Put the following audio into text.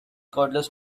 cordless